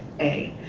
a.